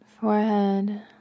Forehead